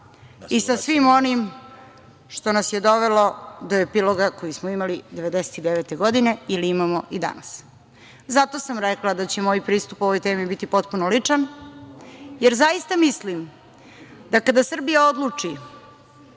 i sa svim onim što nas je dovelo do epiloga koji smo imali 1999. godine ili imamo i danas. Zato sam rekla da će moj pristup ovoj temi biti potpuno ličan, jer zaista mislim da kada Srbija odluči